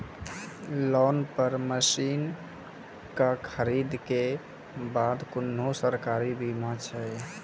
Loan पर मसीनऽक खरीद के बाद कुनू सरकारी बीमा छै?